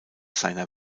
seiner